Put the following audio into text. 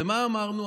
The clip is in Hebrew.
ומה אמרנו?